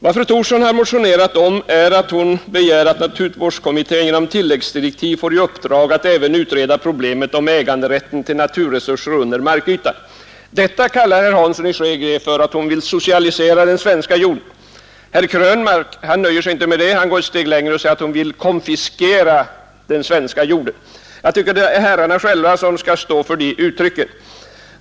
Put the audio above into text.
Vad fru Thorsson har motionerat om är att naturvårdskommittén genom tilläggsdirektiv skall få i uppdrag att även utreda problemet om äganderätten till naturresurser under markytan. Detta kallar herr Hansson i Skegrie för att hon vill socialisera den svenska jorden. Herr Krönmark nöjer sig inte med detta utan går ett steg längre; han säger att hon vill konfiskera den svenska jorden. Jag tycker att herrarna själva skall stå för dessa uttryck.